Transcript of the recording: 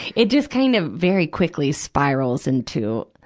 it just kind of very quickly spirals into,